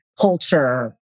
culture